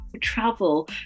travel